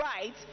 right